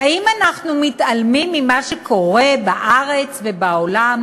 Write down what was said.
האם אנחנו מתעלמים ממה שקורה בארץ ובעולם?